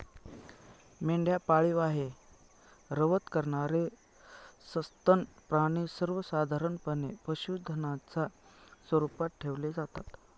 मेंढ्या पाळीव आहे, रवंथ करणारे सस्तन प्राणी सर्वसाधारणपणे पशुधनाच्या स्वरूपात ठेवले जातात